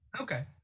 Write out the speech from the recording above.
Okay